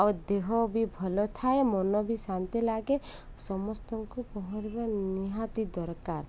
ଆଉ ଦେହ ବି ଭଲ ଥାଏ ମନ ବି ଶାନ୍ତି ଲାଗେ ସମସ୍ତଙ୍କୁ ପହଁରିବା ନିହାତି ଦରକାର